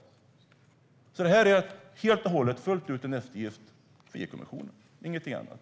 Det är helt och hållet, fullt ut, en eftergift för EU-kommissionen och ingenting annat.